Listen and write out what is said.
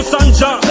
Sanja